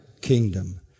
kingdom